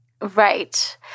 Right